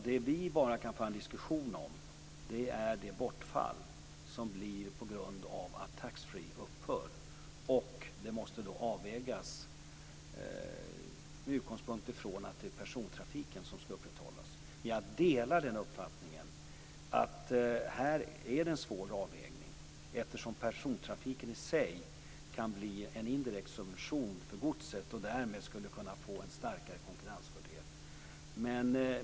Det vi kan föra en diskussion om är det bortfall som blir på grund av att taxfreeförsäljningen upphör. Det måste göras en avvägning med utgångspunkt i att det är persontrafiken som skall upprätthållas. Jag delar uppfattningen att det är en svår avvägning, eftersom persontrafiken i sig kan bli en indirekt subvention för godset som därmed skulle kunna få en starkare konkurrensfördel.